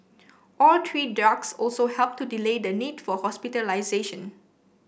all three drugs also helped to delay the need for hospitalisation